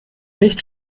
nicht